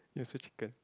you are so chicken